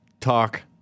talk